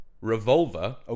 Revolver